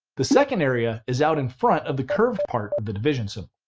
the second area is out in front of the curved part of the division so